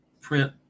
print